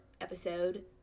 episode